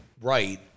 right